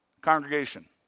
congregation